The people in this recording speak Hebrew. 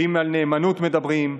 ואם על נאמנות מדברים,